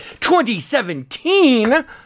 2017